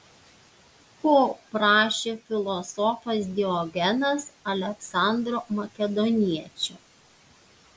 ko prašė filosofas diogenas aleksandro makedoniečio